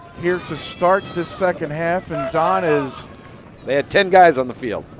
here to start the second half and donn is they had ten guys on the field.